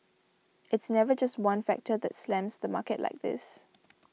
it's never just one factor that slams the market like this